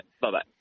Bye-bye